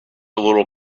little